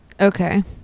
Okay